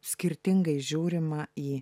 skirtingai žiūrima į